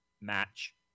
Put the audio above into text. match